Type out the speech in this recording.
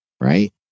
Right